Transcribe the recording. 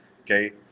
okay